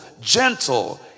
gentle